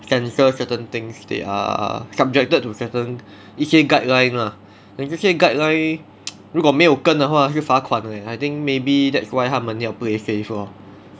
censor certain things they are subjected to certain 一些 guideline lah then 这些 guideline 如果没有跟的话会罚款 leh I think maybe that's why 他们要 play safe lor